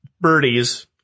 birdies